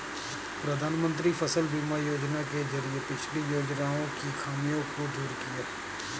प्रधानमंत्री फसल बीमा योजना के जरिये पिछली योजनाओं की खामियों को दूर किया